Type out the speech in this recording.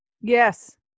Yes